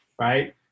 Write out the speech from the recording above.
right